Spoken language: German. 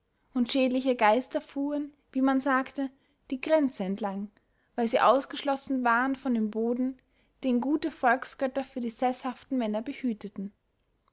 und schädliche geister fuhren wie man sagte die grenze entlang weil sie ausgeschlossen waren von dem boden den gute volksgötter für die seßhaften männer behüteten